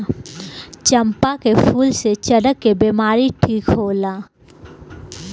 चंपा के फूल से चरक के बिमारी ठीक होला